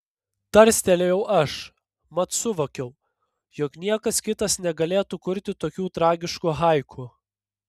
tarstelėjau aš mat suvokiau jog niekas kitas negalėtų kurti tokių tragiškų haiku